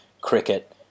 cricket